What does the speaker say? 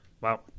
Wow